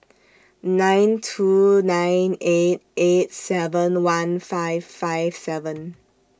nine two nine eight eight seven one five five seven